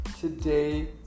Today